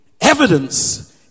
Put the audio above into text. evidence